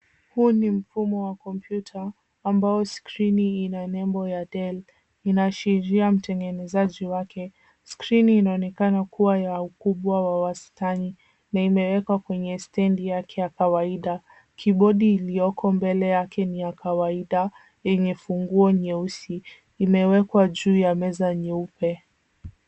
Huu ni mfumo wa computer ambao skrini ina nembo ya Dell, inashiria mtengenezaji wake, skrini inaonekana kuwa ya ukubwa wa wastani, na imewekwa kwenye stendi yake ya kawaida, kibodi iliyoko mbele yake ni ya kawaida, yenye funguo nyeusi, imewekwa juu ya meza nyeupe.